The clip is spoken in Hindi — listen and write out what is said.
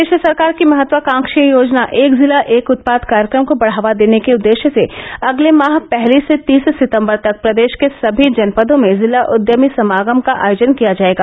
प्रदेश सरकार की महत्वाकांक्षी योजना एक जिला एक उत्पाद कार्यक्रम को बढ़ावा देने के उद्देश्य से अगले माह पहली से तीस सितम्बर तक प्रदेश के सभी जनपदों में ज़िला उद्यमी समागम का आयोजन किया जायेगा